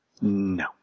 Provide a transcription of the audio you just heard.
No